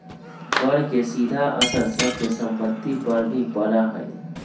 कर के सीधा असर सब के सम्पत्ति पर भी पड़ा हई